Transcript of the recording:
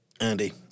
Andy